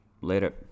Later